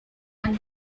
and